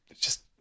just-